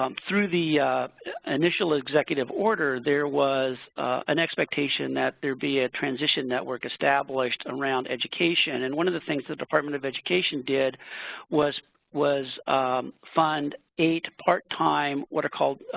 um through the initial executive order, there was an expectation that there be a transition network established around education. and one of the things that department of education did was was fund eight part-time, what our calls,